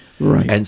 Right